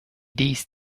these